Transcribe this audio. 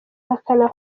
ihakana